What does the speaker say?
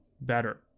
better